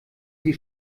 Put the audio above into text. sie